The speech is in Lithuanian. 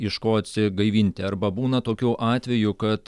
iš ko atsigaivinti arba būna tokių atvejų kad